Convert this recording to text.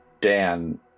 Dan